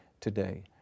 today